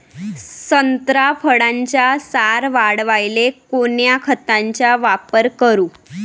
संत्रा फळाचा सार वाढवायले कोन्या खताचा वापर करू?